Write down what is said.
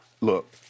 Look